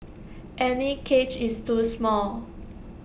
any cage is too small